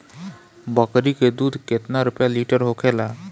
बकड़ी के दूध केतना रुपया लीटर होखेला?